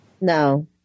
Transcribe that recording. No